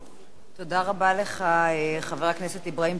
תודה רבה לך, חבר הכנסת אברהים צרצור.